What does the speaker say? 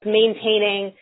maintaining